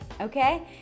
okay